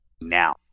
now